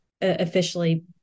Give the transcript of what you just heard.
officially